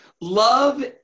Love